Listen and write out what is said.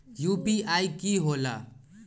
UPI कि होला?